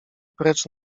precz